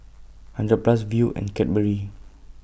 hundred Plus Viu and Cadbury